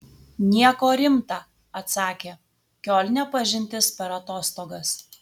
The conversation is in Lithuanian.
nieko rimta atsakė kiolne pažintis per atostogas